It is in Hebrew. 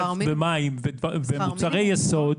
גז, מים ומוצרי יסוד.